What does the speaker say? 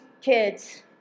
kids